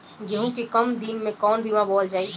गेहूं के कम दिन के कवन बीआ बोअल जाई?